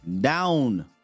down